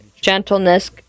gentleness